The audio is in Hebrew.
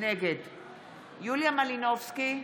נגד יוליה מלינובסקי,